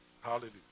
Hallelujah